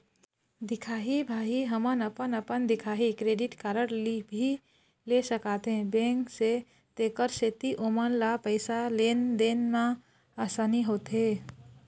दिखाही भाई हमन अपन अपन दिखाही क्रेडिट कारड भी ले सकाथे बैंक से तेकर सेंथी ओमन ला पैसा लेन देन मा आसानी होथे?